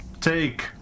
Take